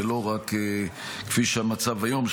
ולא רק כפי שהמצב היום,